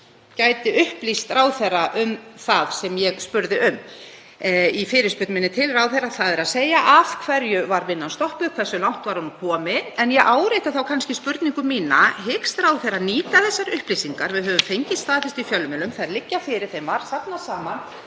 ráðherra, þ.e.: Af hverju var vinnan stoppuð? Hversu langt var hún komin? En ég árétta þá kannski spurningu mína: Hyggst ráðherra nýta þessar upplýsingar? Við höfum fengið staðfest í fjölmiðlum að þær liggja fyrir, þeim var safnað saman,